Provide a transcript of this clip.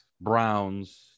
Browns